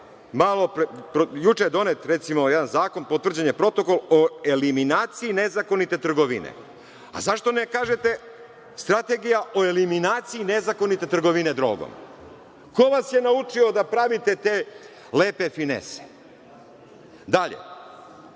imate… Juče je donet jedan zakon, potvrđen je Protokol o eliminaciji nezakonite trgovine. Zašto ne kažete – strategija o eliminaciji nezakonite trgovine drogom. Ko vas je naučio da pravite te lepe finese? Dalje,